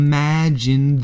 Imagine